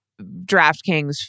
DraftKings